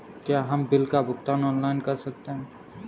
क्या हम बिल का भुगतान ऑनलाइन कर सकते हैं?